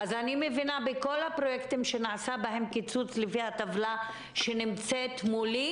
אני מבינה שבכל הפרויקטים שנעשה בהם קיצוץ לפי הטבלה שנמצאת מולי,